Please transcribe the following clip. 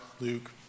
Luke